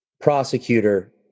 prosecutor